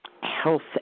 health